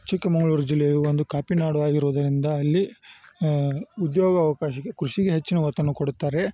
ಚಿಕ್ಕಮಗ್ಳೂರ್ ಜಿಲ್ಲೆಯು ಒಂದು ಕಾಪಿ ನಾಡು ಆಗಿರೋದರಿಂದ ಅಲ್ಲಿ ಉದ್ಯೋಗ ಅವಕಾಶಕ್ಕೆ ಕೃಷಿಗೆ ಹೆಚ್ಚಿನ ಒತ್ತನ್ನು ಕೊಡುತ್ತಾರೆ